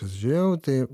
pasižiūrėjau tai